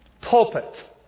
pulpit